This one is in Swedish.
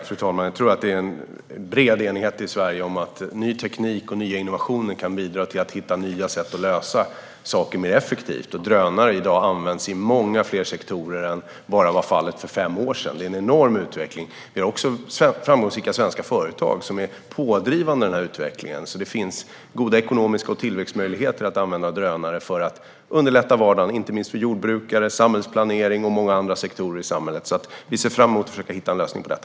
Fru talman! Jag tror att det finns en bred enighet i Sverige om att ny teknik och nya innovationer kan bidra till att hitta nya sätt att lösa saker mer effektivt. Drönare används i dag i många fler sektorer än bara för fem år sedan. Det är en enorm utveckling. Vi har också framgångsrika svenska företag som är pådrivande i utvecklingen, så det finns goda ekonomiska möjligheter och tillväxtmöjligheter i att använda drönare för att underlätta vardagen inte minst för jordbrukare, i samhällsplanering och många andra sektorer i samhället. Vi ser därför fram emot att försöka hitta en lösning på detta.